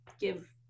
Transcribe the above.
give